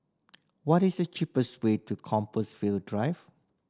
what is the cheapest way to Compassvale Drive